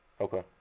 Okay